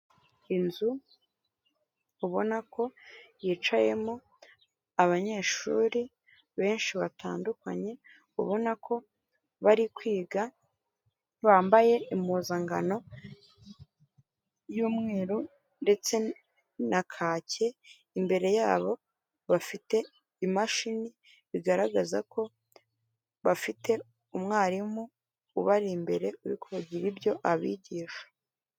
Inzu ubona ko yicayemo abanyeshuri benshi batandukanye ubona ko bari kwiga bambaye impuzangano y'umweru ndetse na kake imbere yabo bafite imashini bigaragaza ko bafite umwarimu ubari imbere uri kugira ibyo abigisha.